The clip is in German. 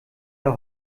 der